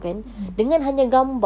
mm mm